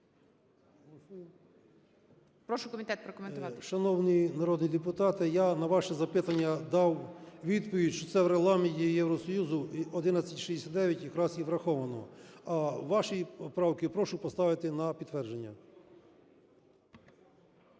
Прошу комітет прокоментувати. 13:32:38 ЮРЧИШИН П.В. Шановні народні депутати, я на ваше запитання дав відповідь, що це в Регламенті Євросоюзу 1169 якраз і враховано. А ваші правки прошу поставити на підтвердження.